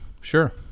Sure